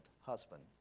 husband